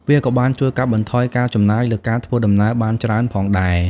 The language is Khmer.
វាក៏បានជួយកាត់បន្ថយការចំណាយលើការធ្វើដំណើរបានច្រើនផងដែរ ។